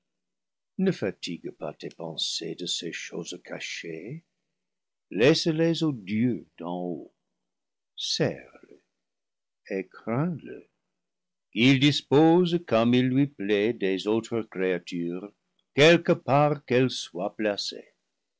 ne fatigue pas tes pensées de ces choses cachées laisse-les au dieu d'en haut sers-le et crains le qu'il dispose comme il lui plaît des autres créatures quelque part qu'elles soient placées